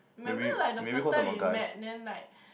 remember like the first time we met then like